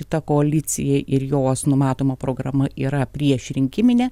šita koalicijai ir jos numatoma programa yra priešrinkiminė